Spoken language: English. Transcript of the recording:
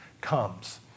comes